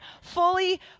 fully